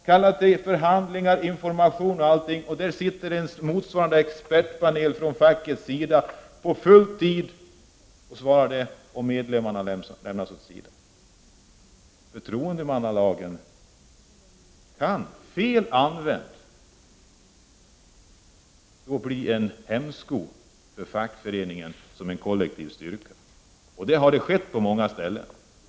Man kallar till information och förhandlingar, och där sitter en motsvarande expertpanel från fackets sida på heltid, och medlemmarna lämnas åt sidan. Förtroendemannalagen kan, fel använd, bli en hämsko för fackföreningen som en kollektiv rörelse. Så har skett på många ställen.